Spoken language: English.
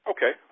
Okay